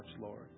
Lord